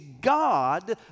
God